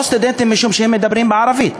או סטודנטים, משום שהם מדברים בערבית.